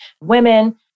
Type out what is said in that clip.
women